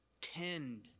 Tend